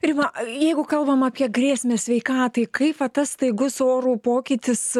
rima jeigu kalbam apie grėsmę sveikatai kaip va tas staigus orų pokytis